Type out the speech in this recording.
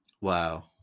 Wow